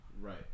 right